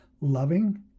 loving